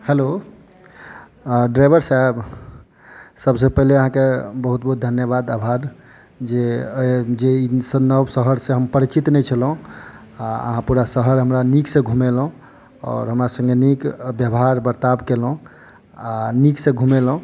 hello driver सहएब सबसे पहिले आहाँकेँ बहुत बहुत धन्यवाद आभार जे ई नव शहर से हम परिचित नहि छलहुॅं आ आहाँ पूरा शहर हमरा नीक से घुमेलहुॅं आओर हमरा संगे नीक व्यवहार वर्ताव केलहुॅं आ नीक से घुमेलहुॅं